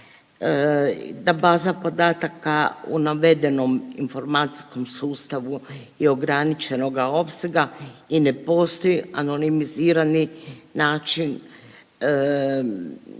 da baza podataka u navedenom informacijskom sustavu je ograničenoga opsega i ne postoji anonimizirani način